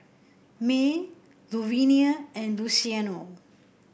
Mae Luvenia and Luciano